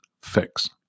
fix